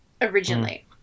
originally